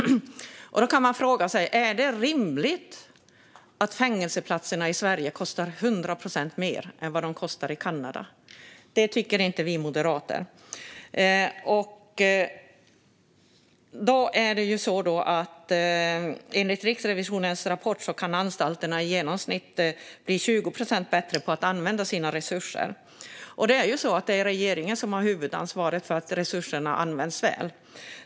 Då kan man fråga sig: Är det rimligt att fängelseplatserna i Sverige kostar 100 procent mer än de kostar i Kanada? Det tycker inte vi moderater. Enligt Riksrevisionens rapport kan anstalterna i genomsnitt bli 20 procent bättre på att använda sina resurser. Det är regeringen som har huvudansvaret för att resurserna används väl.